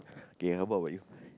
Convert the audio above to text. K how about you